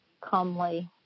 comely